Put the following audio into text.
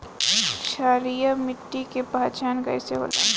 क्षारीय मिट्टी के पहचान कईसे होला?